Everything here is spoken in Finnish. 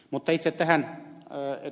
mutta itse tähän ed